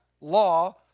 law